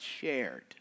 shared